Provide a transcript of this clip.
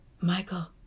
Michael